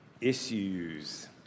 issues